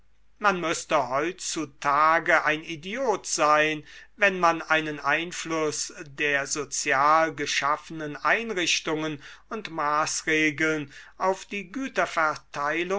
man müßte heutzutage ein idiot sein wenn man einen einfluß der sozial geschaffenen einrichtungen und maßregeln auf die